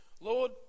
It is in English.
lord